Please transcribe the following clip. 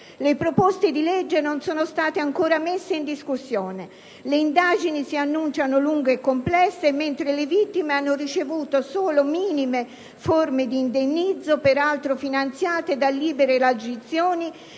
Le proposte di legge non sono state ancora messe in discussione. Le indagini si annunciano ancora lunghe e complesse mentre le vittime hanno ricevuto solo minime forme di indennizzo, peraltro finanziate da libere elargizioni